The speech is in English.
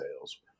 sales